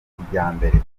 kijyambere